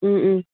ꯎꯝ ꯎꯝ